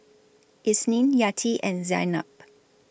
Isnin Yati and Zaynab